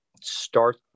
start